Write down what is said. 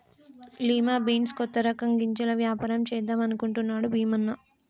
lima beans కొత్త రకం గింజల వ్యాపారం చేద్దాం అనుకుంటున్నాడు భీమన్న